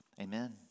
Amen